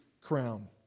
crown